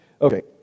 Okay